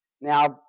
Now